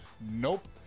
nope